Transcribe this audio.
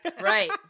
Right